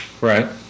Right